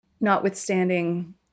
notwithstanding